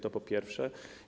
To po pierwsze.